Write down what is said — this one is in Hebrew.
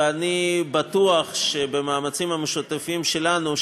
ואני בטוח שבמאמצים המשותפים שלנו,